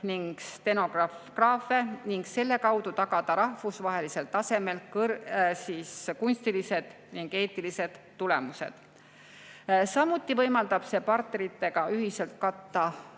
ning stsenograafe ning selle kaudu tagada rahvusvahelisel tasemel kunstilised ning esteetilised tulemused. Samuti võimaldab see partneritega ühiselt katta